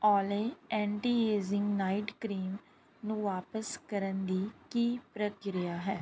Olay anti ageing night cream ਨੂੰ ਵਾਪਸ ਕਰਨ ਦੀ ਕੀ ਪ੍ਰਕਿਰਿਆ ਹੈ